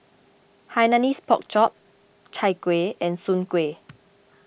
Hainanese Pork Chop Chai Kuih and Soon Kueh